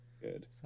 Good